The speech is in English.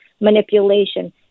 manipulation